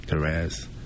Therese